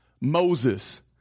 Moses